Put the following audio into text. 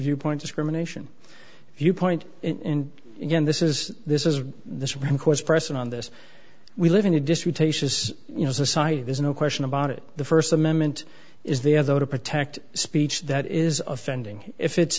viewpoint discrimination viewpoint and again this is this is the supreme court's precedent on this we live in a disputatious you know society there's no question about it the first amendment is there though to protect speech that is offending if it's